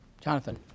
Jonathan